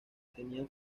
tenía